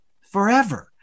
forever